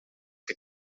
que